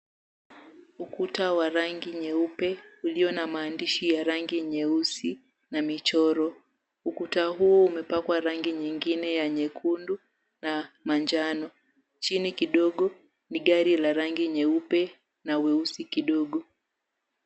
Ukuta wa rangi nyeupe ulio na maandishi ya rangi nyeusi, na michoro. Ukuta huu umepakwa rangi nyingine nyekundu na manjano. Chini kidogo ni gari la rangi nyeupe na weusi kidogo.